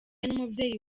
n’umubyeyi